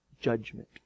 judgment